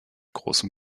großem